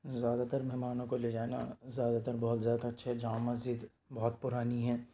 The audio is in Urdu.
زیادہ تر مہمانوں کو لے جانا زیادہ تر بہت اچھے جامع مسجد بہت پُرانی ہے